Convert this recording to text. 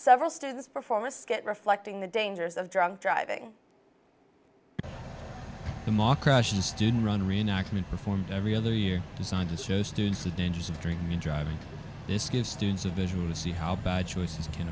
several students perform a skit reflecting the dangers of drunk driving democracy student run reenactment performed every other year designed to show students the dangers of drinking and driving this gives students a visual see how bad choices can